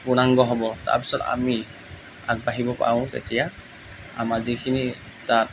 পূৰ্ণাঙ্গ হ'ব তাৰ পিছত আমি আগবাঢ়িব পাৰোঁ তেতিয়া আমাৰ যিখিনি তাত